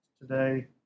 today